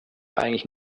eigentlich